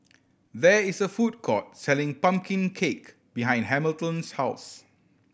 there is a food court selling pumpkin cake behind Hamilton's house